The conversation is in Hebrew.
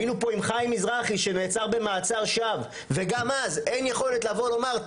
היינו פה עם חיים מזרחי שנעצר במעצר שווא וגם אז אין יכולת לבוא לומר,